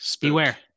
Beware